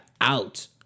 out